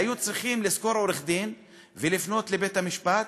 והיו צריכים לשכור עורך-דין ולפנות אל בית-המשפט,